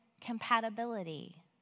compatibility